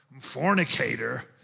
fornicator